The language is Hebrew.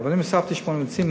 אבל אם הוספתי שמונה מאיצים,